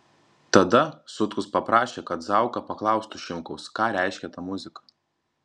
tada sutkus paprašė kad zauka paklaustų šimkaus ką reiškia ta muzika